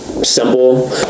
simple